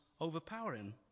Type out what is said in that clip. overpowering